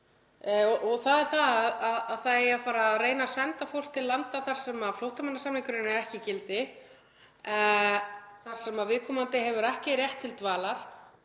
þ.e. að það eigi að reyna að senda fólk til landa þar sem flóttamannasamningurinn er ekki í gildi, þar sem viðkomandi hefur ekki rétt til dvalar,